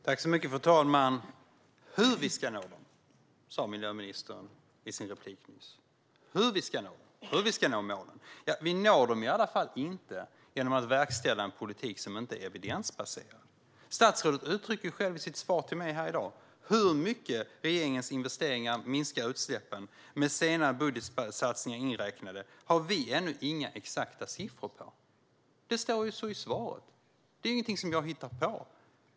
Fru talman! Miljöministern talar i sitt inlägg om hur vi ska nå målen. Hur ska vi nå dem? Vi når dem i alla fall inte genom att verkställa en politik som inte är evidensbaserad. Statsrådet uttrycker själv i sitt svar till mig här i dag att vi ännu inte har några exakta siffror på hur mycket regeringens investeringar minskar utsläppen med senare budgetsatsningar inräknade. Det säger miljöministern i svaret; det är ingenting som jag har hittat på.